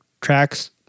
tracks